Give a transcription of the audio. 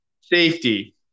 safety